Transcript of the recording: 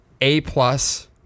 A-plus